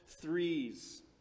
threes